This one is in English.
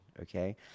okay